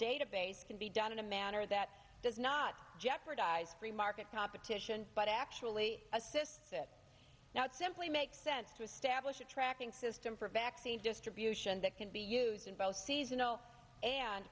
database can be done in a manner that does not jeopardize free market competition but actually assists it now it simply makes sense to establish a tracking system for vaccine distribution that can be used in both seasonal and